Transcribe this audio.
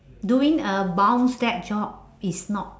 doing a bound desk job is not